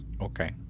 Okay